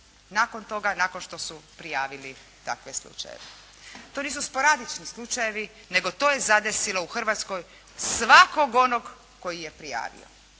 nakon toga, nakon što su prijavili takve slučajeve. To nisu sporadični slučajevi nego to je zadesilo u Hrvatskoj svakog onog tko je prijavio.